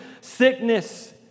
sickness